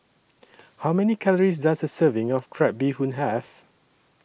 How Many Calories Does A Serving of Crab Bee Hoon Have